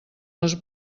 les